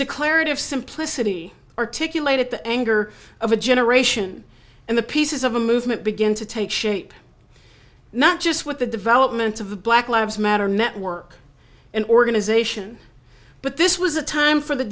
declarative simplicity articulated the anger of a generation and the pieces of a movement begin to take shape not just with the development of the black lives matter network and organization but this was a time for the